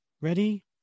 Ready